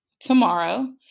tomorrow